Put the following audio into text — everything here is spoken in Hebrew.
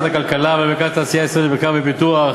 הכלכלה ועל מרכז התעשייה הישראלית למחקר ופיתוח.